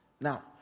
Now